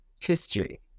history